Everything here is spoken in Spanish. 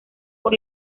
por